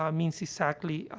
um means exactly, ah,